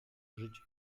żyć